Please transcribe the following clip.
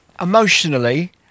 Emotionally